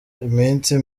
iminsi